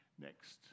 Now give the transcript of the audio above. Next